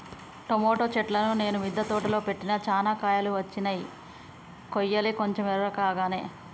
tomato చెట్లును నేను మిద్ద తోటలో పెట్టిన చానా కాయలు వచ్చినై కొయ్యలే కొంచెం ఎర్రకాగానే